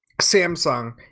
Samsung